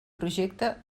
projecte